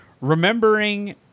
Remembering